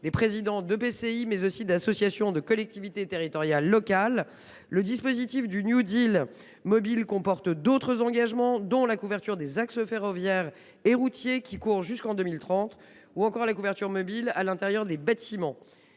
intercommunale (EPCI), mais aussi d’associations de collectivités territoriales locales. Le dispositif du New Deal mobile comporte d’autres engagements, dont la couverture des axes ferroviaires et routiers courant jusqu’en 2030 ou encore la couverture mobile à l’intérieur des bâtiments.